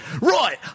Right